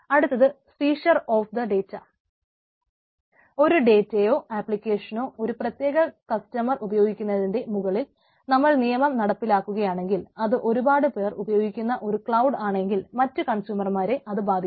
അടുത്തത് seizure of data ഒരു പ്രത്യേക കസ്റ്റമർ ഉപയോഗിക്കുന്നതിന്റെ മുകളിൽ നമ്മൾ നിയമം നടപ്പിലാക്കുകയാണെങ്കിൽ അത് ഒരുപാട് പേർ ഉപയോഗിക്കുന്ന ഒരു ക്ലൌഡ് ആണെങ്കിൽ മറ്റു കൺസ്യൂമർമാരെ അത് ബാധിക്കും